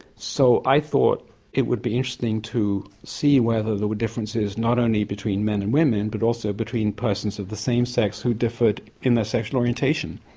so i thought it would be interesting to see whether there were differences, not only between men and women, but also between persons of the same sex who differed in their sexual orientation.